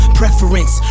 preference